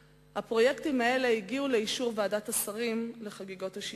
הפרויקטים האלה הגיעו לאישור ועדת השרים לחגיגות ה-60.